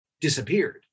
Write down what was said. disappeared